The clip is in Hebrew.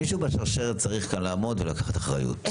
מישהו בשרשרת צריך כאן לעמוד ולקחת אחריות.